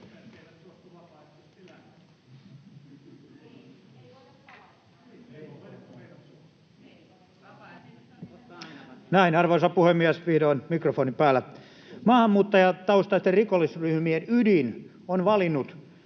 kanssa] — Vihdoin mikrofoni päällä. — Maahanmuuttajataustaisten rikollisryhmien ydin on valinnut